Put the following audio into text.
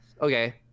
Okay